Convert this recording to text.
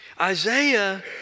Isaiah